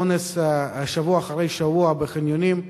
אונס שבוע אחר שבוע בחניונים.